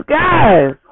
guys